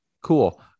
Cool